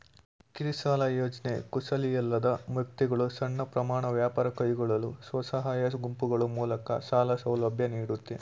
ಕಿರುಸಾಲ ಯೋಜ್ನೆ ಕುಶಲಿಯಲ್ಲದ ವ್ಯಕ್ತಿಗಳು ಸಣ್ಣ ಪ್ರಮಾಣ ವ್ಯಾಪಾರ ಕೈಗೊಳ್ಳಲು ಸ್ವಸಹಾಯ ಗುಂಪುಗಳು ಮೂಲಕ ಸಾಲ ಸೌಲಭ್ಯ ನೀಡುತ್ತೆ